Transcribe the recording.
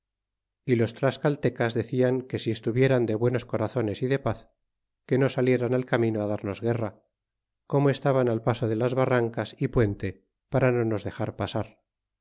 y los tlascaltecas decian que si estuvieran de buenos corazones y de paz que no salieran al camino á darnos guerra como estaban al paso de las barrancas y puente para no nos dexar pasar